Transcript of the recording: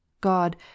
god